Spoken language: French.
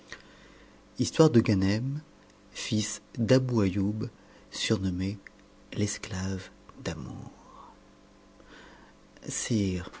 histoire de ganem fils d'abon aïonb surnommé l'esclave d'amour